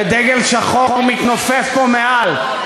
ודגל שחור מתנופף פה מעל,